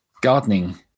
gardening